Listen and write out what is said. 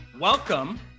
Welcome